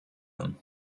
him